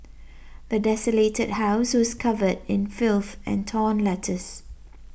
the desolated house was covered in filth and torn letters